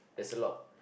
as a lot